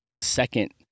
second